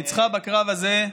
ניצחה בקרב הזה,